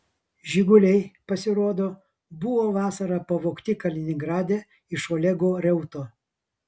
žiguliai pasirodo buvo vasarą pavogti kaliningrade iš olego reuto